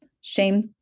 shame